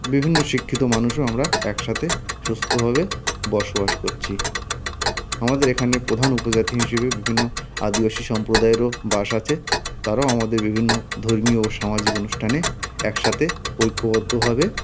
বিভিন্ন শিক্ষিত মানুষও আমরা একসাথে সুস্থভাবে বসবাস করছি আমাদের এখানে প্রধান উপজাতি হিসেবে বিভিন্ন আদিবাসী সম্প্রদায়েরও বাস আছে তারাও আমাদের বিভিন্ন ধর্মীয় ও সামাজিক অনুষ্ঠানে একসাথে ঐক্যবদ্ধভাবে